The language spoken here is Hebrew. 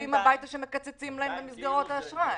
מכתבים הביתה שמקצצים להם את מסגרות האשראי.